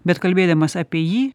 bet kalbėdamas apie jį